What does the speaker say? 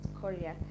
Korea